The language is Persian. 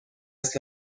است